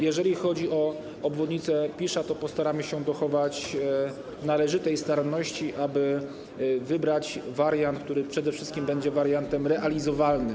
Jeżeli chodzi o obwodnicę Pisza, to postaramy się dochować należytej staranności, aby wybrać wariant, który przede wszystkim będzie wariantem realizowalnym.